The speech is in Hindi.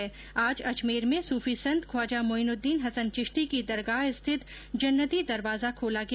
इधर आज अजमेर में सूफी संत ख्वाजा मोइनुद्दीन हसन चिश्ती की दरगाह स्थित जन्नती दरवाजा खोला गया